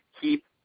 Keep